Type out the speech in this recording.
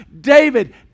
David